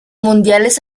mundiales